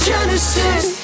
Genesis